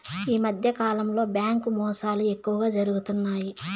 ఈ మధ్యకాలంలో బ్యాంకు మోసాలు ఎక్కువగా జరుగుతున్నాయి